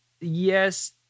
yes